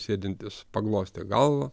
sėdintis paglostė galvą